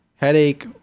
Headache